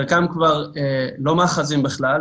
חלקם כבר לא מאחזים בכלל,